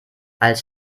als